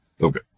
Okay